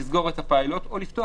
אני חושב